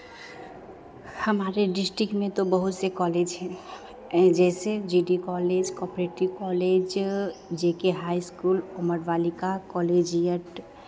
हमारे डिस्ट्रिक में तो बहुत से कॉलेज हैं जैसे G D college cooperative college G K high school Amar Balika collegiate